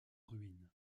ruine